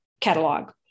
catalog